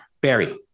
Barry